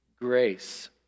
grace